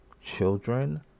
children